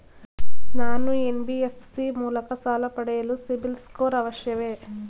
ನಾನು ಎನ್.ಬಿ.ಎಫ್.ಸಿ ಮೂಲಕ ಸಾಲ ಪಡೆಯಲು ಸಿಬಿಲ್ ಸ್ಕೋರ್ ಅವಶ್ಯವೇ?